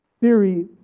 theory